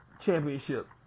Championship